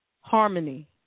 harmony